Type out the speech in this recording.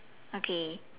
okay